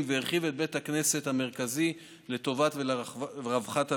והרחיב את בית הכנסת המרכזי לטובת ולרווחת המגזר.